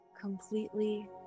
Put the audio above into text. Completely